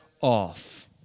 off